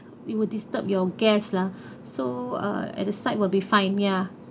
we will disturb your guests lah so uh at the side will be fine ya